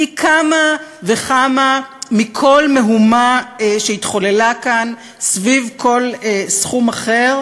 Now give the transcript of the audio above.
פי כמה וכמה מכל מהומה שהתחוללה כאן סביב כל סכום אחר,